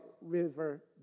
River